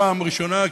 פעם ראשונה.